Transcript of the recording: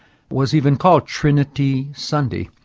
was even called trinity sunday.